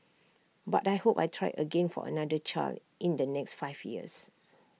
but I hope I try again for another child in the next five years